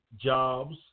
jobs